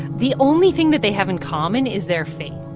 the only thing that they have in common is their faith.